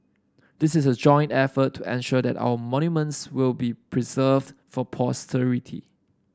this is a joint effort to ensure that our monuments will be preserved for posterity